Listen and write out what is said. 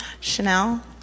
Chanel